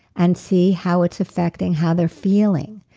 and see how it's affecting how they're feeling,